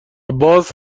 باز